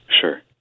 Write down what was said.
Sure